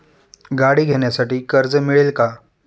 गाडी घेण्यासाठी कर्ज मिळेल का?